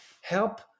help